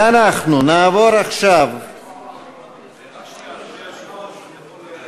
אנחנו נעבור עכשיו, אפשר להודות?